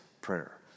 prayer